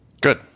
Good